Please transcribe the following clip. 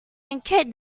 encode